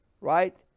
right